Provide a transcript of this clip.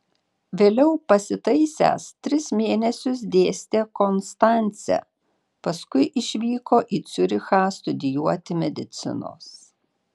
vėliau pasitaisęs tris mėnesius dėstė konstance paskui išvyko į ciurichą studijuoti medicinos